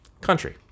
Country